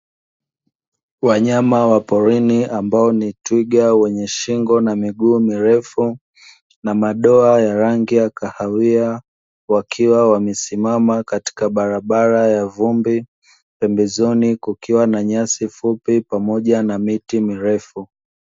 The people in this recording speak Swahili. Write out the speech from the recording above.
Wanyama wa porini ambao ni Twiga wenye shingo na miguu mirefu na madoa ya rangi ya kahawia, wakiwa wamesimama katika barabara ya vumbi pembezoni, kukiwa na nyasi fupi pamoja na miti mirefu.